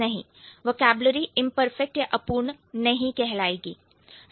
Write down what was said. नहीं vocabulary imperfect या अपूर्ण नहीं कहलाएगी